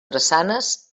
drassanes